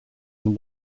than